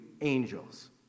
angels